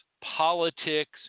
politics